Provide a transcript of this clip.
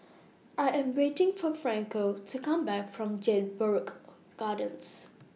I Am waiting For Franco to Come Back from Jedburgh Gardens